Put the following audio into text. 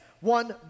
one